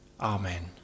Amen